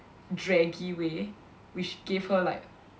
draggy way which gave her like